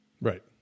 right